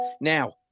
Now